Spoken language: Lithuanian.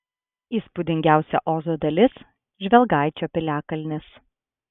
įspūdingiausia ozo dalis žvelgaičio piliakalnis